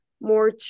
more